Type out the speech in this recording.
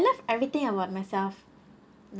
love everything about myself no